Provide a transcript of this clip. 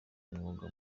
umwuga